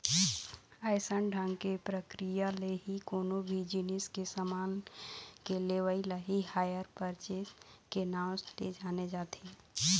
अइसन ढंग के प्रक्रिया ले ही कोनो भी जिनिस के समान के लेवई ल ही हायर परचेस के नांव ले जाने जाथे